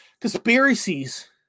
conspiracies